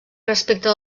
respecte